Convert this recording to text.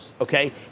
okay